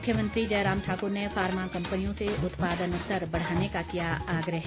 मुख्यमंत्री जयराम ठाक्र ने फार्मा कम्पनियों से उत्पादन स्तर बढ़ाने का किया आग्रह